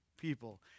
people